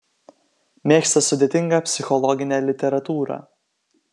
mėgsta sudėtingą psichologinę literatūrą